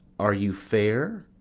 are you fair?